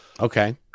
Okay